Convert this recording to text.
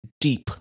deep